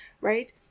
right